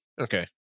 okay